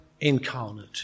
Incarnate